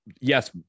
yes